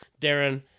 Darren